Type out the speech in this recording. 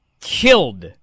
killed